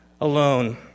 alone